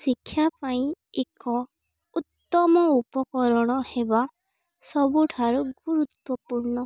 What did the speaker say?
ଶିକ୍ଷା ପାଇଁ ଏକ ଉତ୍ତମ ଉପକରଣ ହେବା ସବୁଠାରୁ ଗୁରୁତ୍ୱପୂର୍ଣ୍ଣ